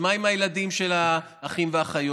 אז מה עם הילדים של האחים והאחיות,